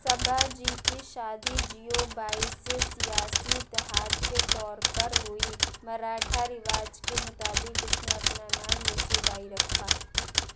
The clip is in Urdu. سبھاجی کی شادی جیو بائی سے سیاسی اتحاد کے طور پر ہوئی مراٹھا رواج کے مطابق اس نے اپنا نام یسو بائی رکھا